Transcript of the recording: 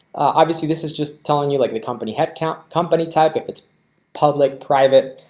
obviously, this is just telling you like the company headcount company type if it's public-private.